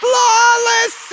flawless